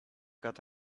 got